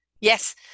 yes